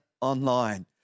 online